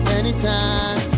anytime